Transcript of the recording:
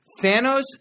Thanos